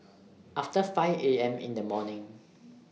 after five A M in The morning